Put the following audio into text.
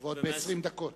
ועוד ב-20 דקות.